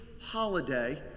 holiday